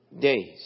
days